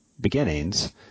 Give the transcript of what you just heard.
beginnings